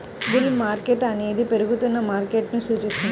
bull market అనేది పెరుగుతున్న మార్కెట్ను సూచిస్తుంది